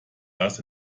das